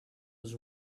was